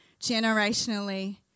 generationally